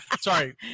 Sorry